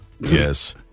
Yes